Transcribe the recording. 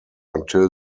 until